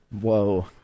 Whoa